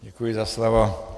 Děkuji za slovo.